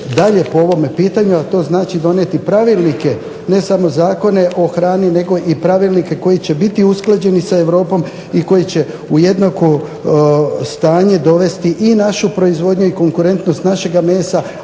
raditi po ovome pitanju to znači donijeti pravilnike, ne samo zakone oi hrani nego i pravilnike koji će biti usklađeni sa Europom i koji će u jednako stanje dovesti i našu proizvodnju i konkurentnost, našega mesa,